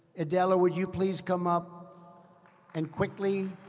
adela, would you please come up and quickly,